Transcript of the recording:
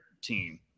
team